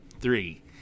three